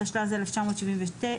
התשל"ז-1977,